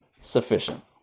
sufficient